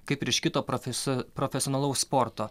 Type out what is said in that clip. kaip ir iš kito profes profesionalaus sporto